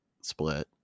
split